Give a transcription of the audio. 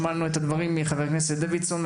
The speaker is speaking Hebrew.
שמענו את הדברים מחבר הכנסת דוידסון,